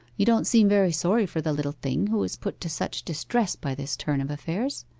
you don't seem very sorry for the little thing who is put to such distress by this turn of affairs?